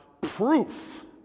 proof